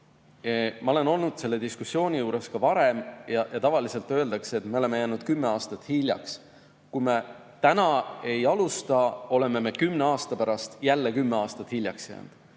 Ma olen olnud selle diskussiooni juures ka varem. Tavaliselt öeldakse, et me oleme jäänud kümme aastat hiljaks. Kui me täna ei alusta, oleme me kümne aasta pärast jälle kümme aastat hiljaks jäänud.